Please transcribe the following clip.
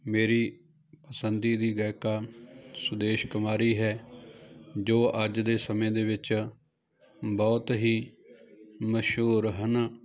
ਮੇਰੀ ਪਸੰਦੀਦਾ ਗਾਇਕਾ ਸੁਦੇਸ਼ ਕੁਮਾਰੀ ਹੈ ਜੋ ਅੱਜ ਦੇ ਸਮੇਂ ਦੇ ਵਿੱਚ ਬਹੁਤ ਹੀ ਮਸ਼ਹੂਰ ਹਨ